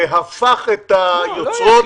שהפך את היוצרות?